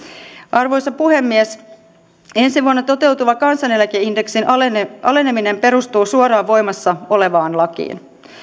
arvoisa puhemies ensi vuonna toteutuva kansaneläkeindeksin aleneminen perustuu suoraan voimassa olevaan lakiin